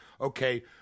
okay